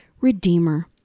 redeemer